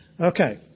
Okay